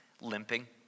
Limping